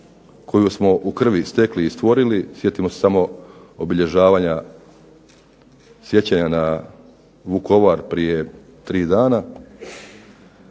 koju smo u krvi stekli i stvorili. Sjetimo se samo obilježavanja sjećanja na Vukovar prije 3 dana.